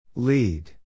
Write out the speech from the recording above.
Lead